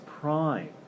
prime